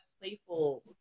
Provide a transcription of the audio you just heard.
playful